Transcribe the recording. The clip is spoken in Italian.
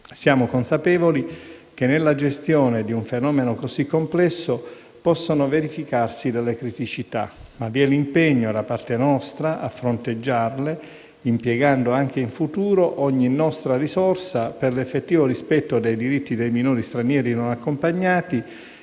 Siamo consapevoli che, nella gestione di un fenomeno così complesso, possono verificarsi delle criticità. Ma vi è l'impegno da parte nostra a fronteggiarle, impiegando, anche in futuro, ogni nostra risorsa per l'effettivo rispetto dei diritti dei minori stranieri non accompagnati,